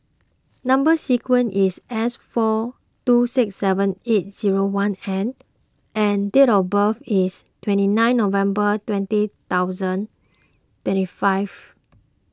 Number Sequence is S four two six seven eight zero one N and date of birth is twenty nine November twenty thousand twenty five